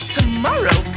Tomorrow